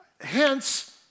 Hence